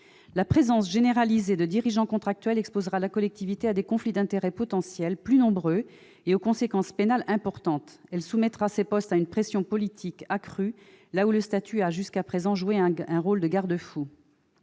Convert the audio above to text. La présence généralisée de dirigeants contractuels exposera la collectivité à des conflits d'intérêts potentiels plus nombreux et à des conséquences pénales importantes. Elle soumettra ces postes à une pression politique accrue, là où le statut a jusqu'à présent joué un rôle de garde-fou.